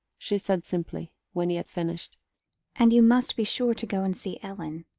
she said simply, when he had finished and you must be sure to go and see ellen,